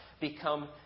become